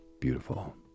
beautiful